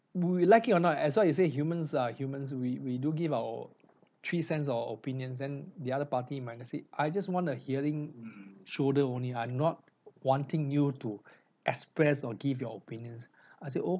you you like it or not as what I said humans are humans we we do give our two cents or opinions then the other party minus it I just want a hearing shoulder only I'm not wanting you to express or give your opinions I said oh